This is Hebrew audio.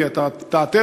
כי אתה תאתר,